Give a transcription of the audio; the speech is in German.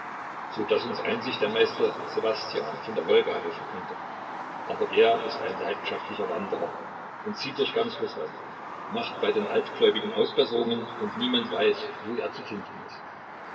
so daß uns einzig der meister ssewastian von der wolga helfen könnte aber der ist ein leidenschaftlicher wanderer und zieht durch ganz rußland macht bei den altgläubigen ausbesserungen und niemand weiß wo er zu finden ist